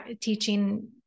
teaching